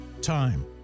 time